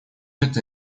это